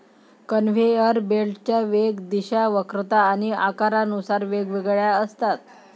conveyor बेल्टच्या वेग, दिशा, वक्रता आणि आकारानुसार वेगवेगळ्या असतात